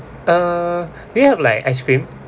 uh do you have like ice cream